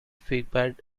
feedback